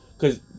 cause